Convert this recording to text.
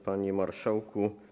Panie Marszałku!